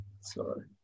Sorry